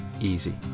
easy